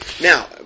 Now